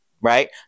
right